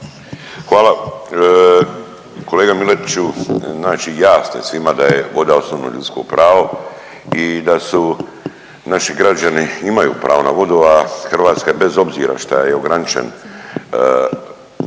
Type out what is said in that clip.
Hvala. Kolega Miletiću znači jasno je svima da je voda osnovno ljudsko pravo i da su naši građani imaju pravo na vodu, a Hrvatska je bez obzira šta je ograničen